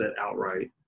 outright